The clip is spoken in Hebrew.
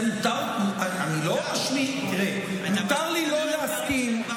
מותר לי לא להסכים,